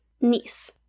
niece